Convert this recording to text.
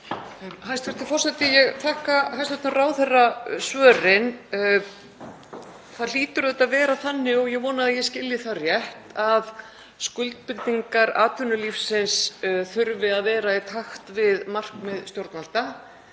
Hæstv. forseti. Ég þakka hæstv. ráðherra svörin. Það hlýtur auðvitað að vera þannig, og ég vona að ég skilji það rétt, að skuldbindingar atvinnulífsins þurfi að vera í takt við markmið stjórnvalda